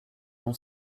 non